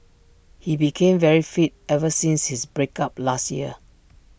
he became very fit ever since his break up last year